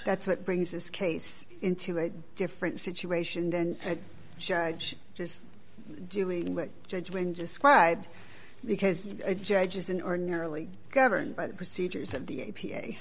that's what brings this case into a different situation than judge just doing that judge when described because judges in ordinarily governed by the procedures of the a